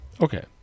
Okay